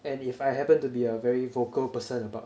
and if I happen to be a very vocal person about